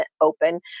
open